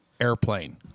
airplane